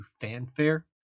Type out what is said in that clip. fanfare